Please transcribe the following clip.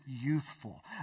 youthful